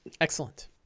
Excellent